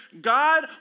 God